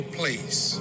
place